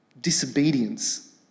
disobedience